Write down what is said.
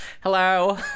Hello